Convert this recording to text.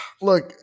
look